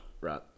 right